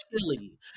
chili